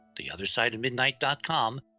TheOtherSideOfMidnight.com